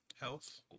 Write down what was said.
health